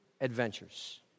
adventures